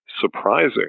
surprising